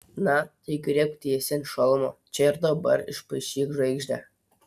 na tai griebk tiesiai ant šalmo čia ir dabar išpaišyk žvaigždę